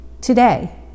Today